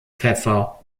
pfeffer